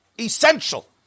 essential